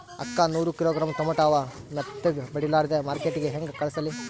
ಅಕ್ಕಾ ನೂರ kilogram tomato ಅವ, ಮೆತ್ತಗಬಡಿಲಾರ್ದೆ ಮಾರ್ಕಿಟಗೆ ಹೆಂಗ ಕಳಸಲಿ?